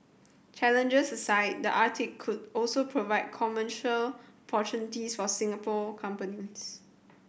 challenges aside the Arctic could also provide commercial opportunities for Singapore companies